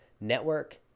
network